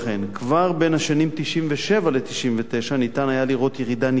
כבר בין השנים 1997 ו-1999 ניתן היה לראות ירידה ניכרת